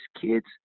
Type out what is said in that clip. kids